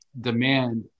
demand